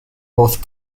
both